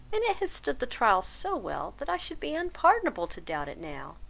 and it has stood the trial so well, that i should be unpardonable to doubt it now.